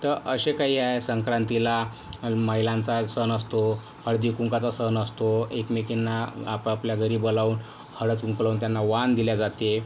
तर असे काही आहे संक्रांतीला महिलांचा सण असतो हळदी कुंकवाचा सण असतो एकमेकींना आपापल्या घरी बोलावून हळद कुंकू लावून त्यांना वाण दिले जाते